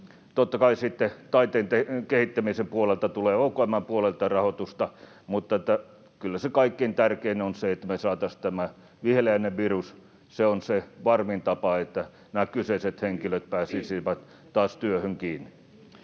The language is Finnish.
totta kai sitten taiteen kehittämisen puolelta tulee, OKM:n puolelta, rahoitusta, mutta kyllä se kaikkein tärkein on se, että me saataisiin tämä viheliäinen virus kuriin. Se on se varmin tapa, että nämä kyseiset henkilöt pääsisivät taas työhön kiinni.